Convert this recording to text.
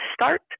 start